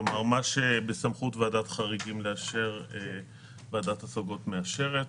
כלומר מה שבסמכות ועדת החריגים לאשר ועדת ההשגות מאשרת.